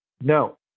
No